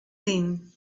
din